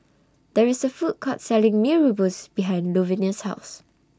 There IS A Food Court Selling Mee Rebus behind Luvenia's House